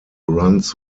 runs